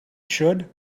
should